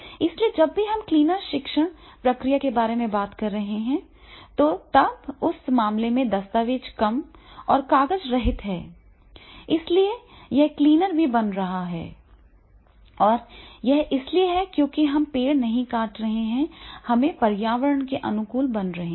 इसलिए जब भी हम क्लीनर शिक्षण प्रक्रिया के बारे में बात कर रहे हैं और तब उस मामले में दस्तावेज कम और कागज रहित हैं इसलिए इसलिए यह क्लीनर भी बन रहा है और यह इसलिए है क्योंकि हम पेड़ नहीं काट रहे हैं हम पर्यावरण के अनुकूल बन रहे हैं